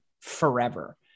forever